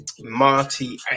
Marty